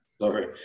sorry